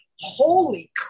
holy